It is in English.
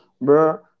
Bro